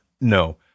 No